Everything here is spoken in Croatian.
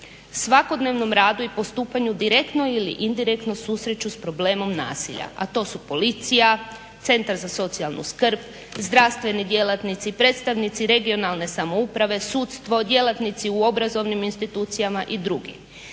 svakodnevnom radu i postupanju direktno ili indirektno susreću s problemom nasilja, a to su policija, centar za socijalnu skrb, zdravstveni djelatnici, predstavnici regionalne samouprave, sudstvo, djelatnici u obrazovnim institucijama i drugi.